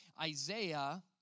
Isaiah